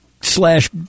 slash